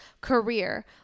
career